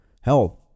hell